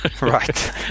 right